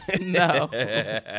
No